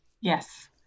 Yes